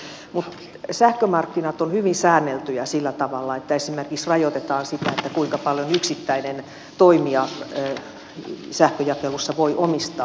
mutta sähkömarkkinat ovat hyvin säänneltyjä sillä tavalla että esimerkiksi rajoitetaan sitä kuinka paljon yksittäinen toimija sähkönjakelussa voi omistaa